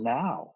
now